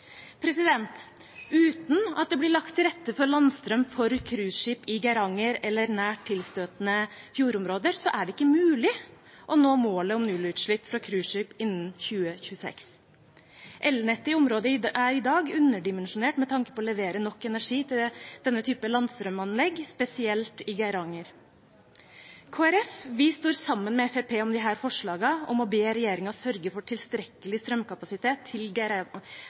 Uten at det blir lagt til rette for landstrøm for cruiseskip i Geiranger eller nært tilstøtende fjordområder, er det ikke mulig å nå målet om nullutslipp fra cruiseskip innen 2026. Elnettet i området er i dag underdimensjonert med tanke på å levere nok energi til denne typen landstrømanlegg, spesielt i Geiranger. Vi i Kristelig Folkeparti står sammen med Fremskrittspartiet om forslagene om å be regjeringen sørge for tilstrekkelig strømkapasitet til